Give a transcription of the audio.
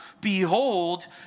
behold